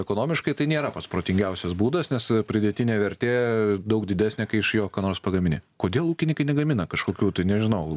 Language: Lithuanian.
ekonomiškai tai nėra pats protingiausias būdas nes pridėtinė vertė daug didesnė kai iš jo ką nors pagamini kodėl ūkininkai negamina kažkokių tai nežinau